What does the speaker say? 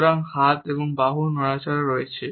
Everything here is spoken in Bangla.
সুতরাং হাত ও বাহুর নড়াচড়া রয়েছে